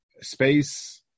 space